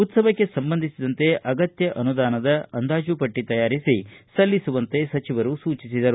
ಉತ್ತವಕ್ಕೆ ಸಂಬಂಧಿಸಿದಂತೆ ಅಗತ್ಯ ಅನುದಾನದ ಅಂದಾಜು ಪಟ್ಟಿ ತಯಾರಿಸಿ ಸಲ್ಲಿಸುವಂತೆ ಸೂಚಿಸಿದರು